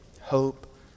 hope